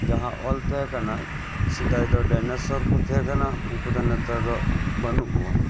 ᱡᱟᱦᱟᱸ ᱚᱞ ᱛᱟᱦᱮᱸ ᱠᱟᱱᱟ ᱥᱮᱫᱟᱭ ᱫᱚ ᱰᱟᱭᱱᱮᱥᱥᱚᱨ ᱠᱚ ᱛᱟᱦᱮᱸ ᱠᱟᱱᱟ ᱩᱝᱠᱩ ᱫᱚ ᱱᱮᱛᱟᱨ ᱫᱚ ᱵᱟᱱᱩᱜ ᱠᱚᱣᱟ